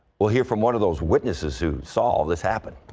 we'll hear from one of those witnesses who saw this happen.